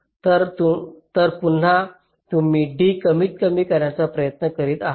तर पुन्हा तुम्ही D कमीतकमी करण्याचा प्रयत्न करीत आहात